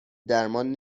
درمان